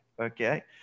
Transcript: Okay